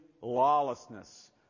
lawlessness